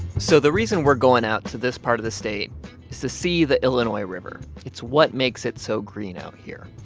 so the reason we're going out to this part of the state is to see the illinois river. it's what makes it so green out here.